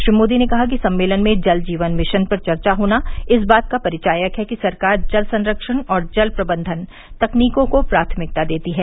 श्री मोदी ने कहा कि सम्मेलन में जल जीवन मिशन पर चर्चा होना इस बात का परिचायक है कि सरकार जल संरक्षण और जल प्रबन्धन तकनीकों को प्राथमिकता देती है